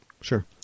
Sure